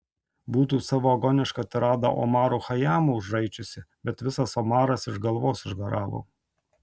būtų savo agonišką tiradą omaru chajamu užraičiusi bet visas omaras iš galvos išgaravo